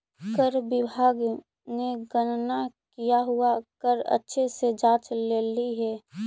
कर विभाग ने गणना किया हुआ कर अच्छे से जांच लेली हे